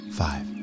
five